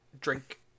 drink